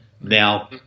Now